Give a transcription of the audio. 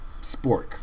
spork